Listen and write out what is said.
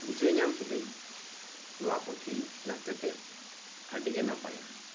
ᱵᱩᱡᱷᱟᱹᱣ ᱧᱟᱢ ᱠᱤᱫᱟᱹᱧ ᱱᱚᱣᱟ ᱯᱩᱛᱷᱤ ᱨᱮᱱᱟᱜ ᱛᱮᱛᱮᱛ ᱟᱹᱰᱤ ᱜᱤ ᱱᱟᱯᱟᱭᱟ